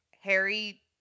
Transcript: Harry